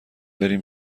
بریم